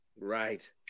right